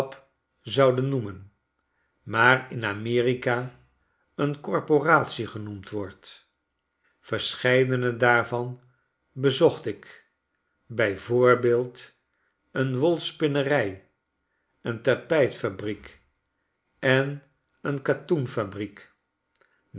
zouden noemen maar in amerika een corporatie genoemd wordt verscheidene daarvan bezocht ik bij voorbeeld een wolspinnerij een tapijtfabriek en een katoenfabriek